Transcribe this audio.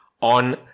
on